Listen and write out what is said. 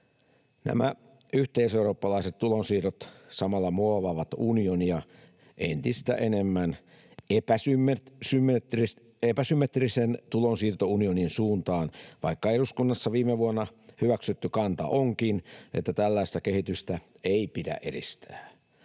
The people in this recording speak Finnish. Nämä yhteiseurooppalaiset tulonsiirrot samalla muovaavat unionia entistä enemmän epäsymmetrisen tulonsiirtounionin suuntaan, vaikka eduskunnassa viime vuonna hyväksytty kanta onkin, että tällaista kehitystä ei pidä edistää.